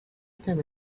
can